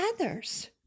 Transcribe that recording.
others